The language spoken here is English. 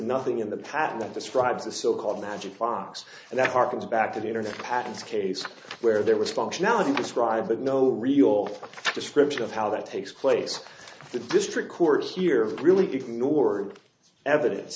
nothing in the pattern that describes the so called magic clocks and that harkens back to the internet patterns case where there was functionality described but no real description of how that takes place the district court here really ignored evidence